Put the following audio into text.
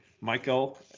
Michael